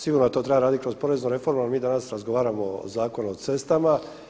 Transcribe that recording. Sigurno da to treba raditi kroz poreznu reformu ali mi danas razgovaramo o Zakonu o cestama.